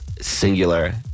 singular